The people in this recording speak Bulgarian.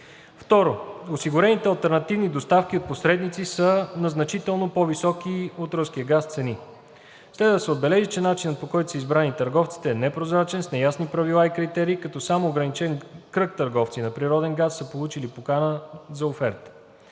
2. Осигурените алтернативни доставки от посредници са на значително по-високи от руския газ цени. Следва да се отбележи, че начинът, по който са избрани търговците, е непрозрачен, с неясни правила и критерии, като само ограничен кръг търговци на природен газ са получили покана за оферта.